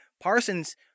Parsons